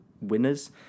winners